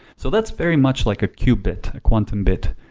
so that's very much like a qubit, a quantum bit.